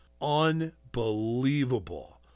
Unbelievable